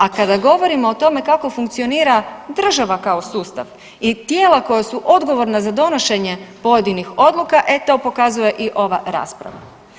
A kada govorimo o tome kako funkcionira država kao sustav i tijela koja su odgovorna za donošenje pojedinih odluka, e to pokazuje i ova rasprava.